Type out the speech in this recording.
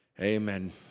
Amen